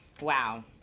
wow